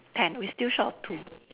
ten we still short of two